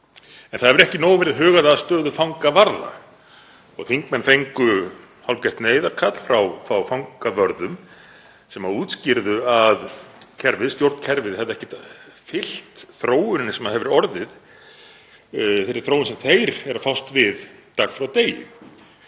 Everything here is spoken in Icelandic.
En ekki hefur verið hugað nóg að stöðu fangavarða. Þingmenn fengu hálfgert neyðarkall frá fangavörðum sem útskýrðu að stjórnkerfið hefði ekki fylgt þróuninni sem hefur orðið, þeirri þróun sem þeir fást við dag frá degi.